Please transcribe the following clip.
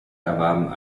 erwarben